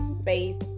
space